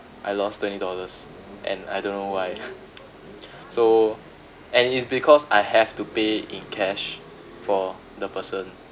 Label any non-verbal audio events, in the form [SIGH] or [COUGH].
I lost twenty dollars and I don't know why [LAUGHS] so and it's because I have to pay in cash for the person